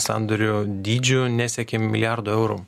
sandorių dydžiu nesiekė milijardo eurų